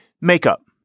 makeup